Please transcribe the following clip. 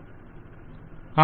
vendor హ